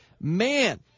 Man